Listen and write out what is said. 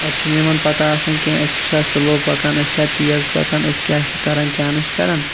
پَتہِ چھِنہٕ یِمَن پَتہَ آسان کینٛہہ أسۍ چھَ سلو پَکان أسۍ چھَ تیز پَکان أسۍ کیاہ چھِ کَران کیاہ نہ چھِ کَران